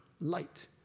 light